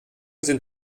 sind